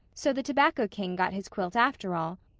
so the tobacco king got his quilt after all,